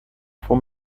for